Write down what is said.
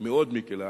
מאוד מקלה.